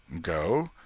Go